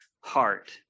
heart